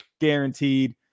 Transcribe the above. guaranteed